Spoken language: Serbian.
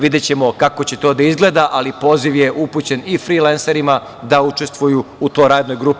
Videćemo kako će to da izgleda, ali poziv je upućen i frilenserima da učestvuju u toj radnoj grupi.